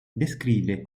descrive